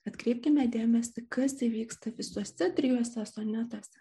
atkreipkime dėmesį kas įvyksta visuose trijuose sonetuose